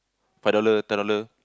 five dollar ten dollar